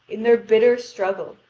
in their bitter struggle,